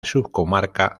subcomarca